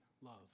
love